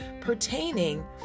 pertaining